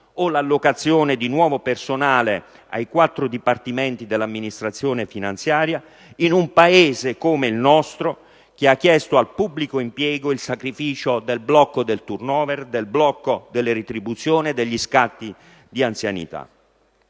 o l'allocazione di nuovo personale ai quattro dipartimenti dell'Amministrazione finanziaria, in un Paese come il nostro che ha chiesto al pubblico impiego il sacrificio del blocco del *turn over*, del blocco delle retribuzioni e degli scatti di anzianità.